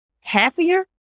happier